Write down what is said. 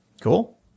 cool